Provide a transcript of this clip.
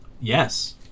Yes